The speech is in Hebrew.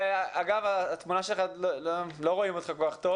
מרבית הטענות שלהם מגיעות למשרד האוצר ולא למשרד התרבות